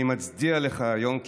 אני מצדיע לך היום כאזרח,